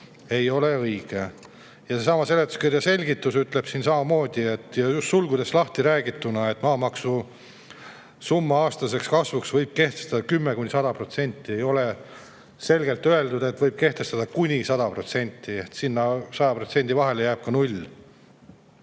ei ole õige. Ja seletuskirja selgitus ütleb samamoodi, just sulgudes lahtiräägituna, et maamaksu summa aastaseks kasvuks võib kehtestada 10–100%. Ei ole selgelt öeldud, et võib kehtestada kuni 100%. 100% vahele jääb ka 0.Mis